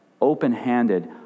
open-handed